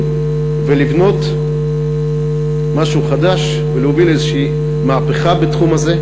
ולבנות משהו חדש ולהוביל איזו מהפכה בתחום הזה,